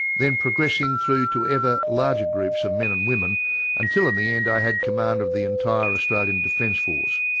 then progressing through to ever larger groups of men and women until in the end i had command of the entire australian defence force,